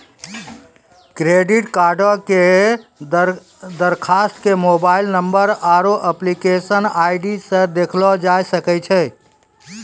credit कार्डो के दरखास्त के मोबाइल नंबर आरु एप्लीकेशन आई.डी से देखलो जाय सकै छै